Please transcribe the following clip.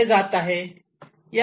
कुठे जात आहे